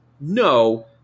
no